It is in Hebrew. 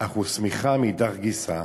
אך הוסמכה" מאידך גיסא,